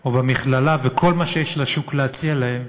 או במכללה וכל מה שיש לשוק להציע להם